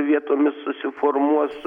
vietomis susiformuos